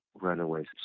runaways